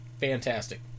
Fantastic